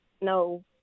no